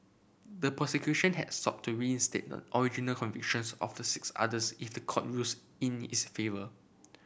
the prosecution has sought to reinstate the original convictions of the six others if the court rules in its favour